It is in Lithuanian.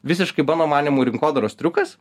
visiškai mano manymu rinkodaros triukas